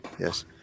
yes